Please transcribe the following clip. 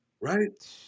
right